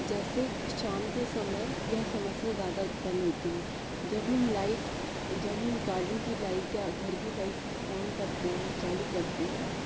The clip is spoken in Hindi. जैसे शाम के समय यह समस्या ज़्यादा उत्पन्न होती है जब हम लाइट जब हम गार्डन की लाइट या घर की लाइट ऑन करते हैं चालू करते हैं